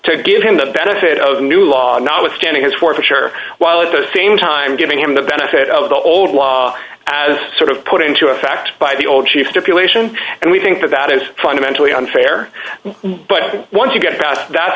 to give him the benefit of the new law notwithstanding his forfeiture while at the same time giving him the benefit of the old law as sort of put into effect by the old chief deputation and we think that that is fundamentally unfair but once you get past that